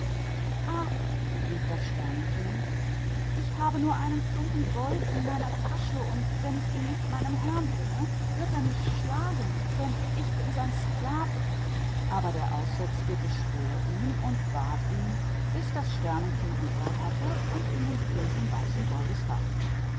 ach rief das sternenkind ich habe nur ein stück goldes in meinem beutel und wenn ich das meinem herrn nicht bringe wird er mich schlagen denn ich bin sein sklave aber der aussätzige flehte es an und bat es bis das sternenkind mitleid hatte und ihm das stück weißen goldes gab